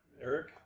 Eric